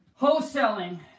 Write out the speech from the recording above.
wholesaling